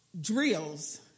drills